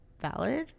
valid